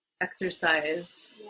exercise